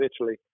italy